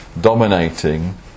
dominating